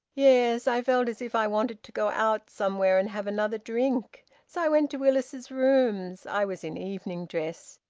yes. i felt as if i wanted to go out somewhere and have another drink. so i went to willis's rooms. i was in evening-dress.